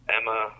Emma